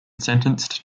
sentenced